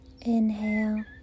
Inhale